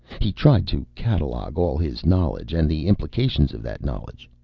he tried to catalogue all his knowledge, and the implications of that knowledge.